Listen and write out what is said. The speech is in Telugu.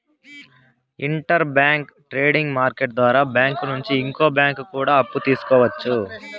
ఇంటర్ బ్యాంక్ లెండింగ్ మార్కెట్టు ద్వారా బ్యాంకు నుంచి ఇంకో బ్యాంకు కూడా అప్పు తీసుకోవచ్చు